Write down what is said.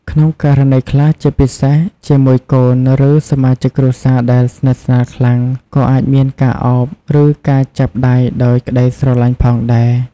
ក្នុងករណីខ្លះ ជាពិសេសជាមួយកូន ឬសមាជិកគ្រួសារដែលស្និទ្ធស្នាលខ្លាំង ក៏អាចមានការឱប ឬការចាប់ដៃដោយក្ដីស្រឡាញ់ផងដែរ។